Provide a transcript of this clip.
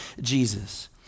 Jesus